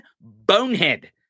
bonehead